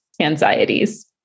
anxieties